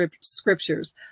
scriptures